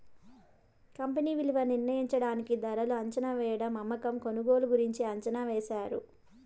company విలువ నిర్ణయించడానికి ధరలు అంచనావేయడం అమ్మకం కొనుగోలు గురించి అంచనా వేశారు